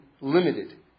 limited